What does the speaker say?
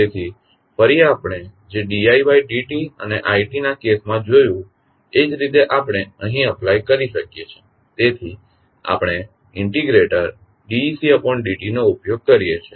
તેથી ફરી આપણે જે d id t અને i ના કેસ માં જોયું તે જ રીતે આપણે અહીં અપ્લાય કરી શકીએ છીએ તેથી આપણે ઇન્ટિગ્રેટર d ecd t નો ઉપયોગ કરીએ છીએ